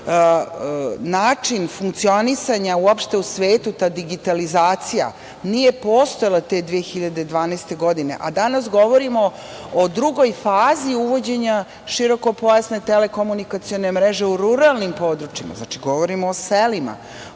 način funkcionisanja uopšte u svetu, ta digitalizacija nije postojalo te 2012. godine, a danas govorimo o drugoj fazi uvođenja širokopojasne telekomunikacione mreže u ruralnim područjima, znači, govorimo o selima,